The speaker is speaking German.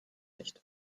nicht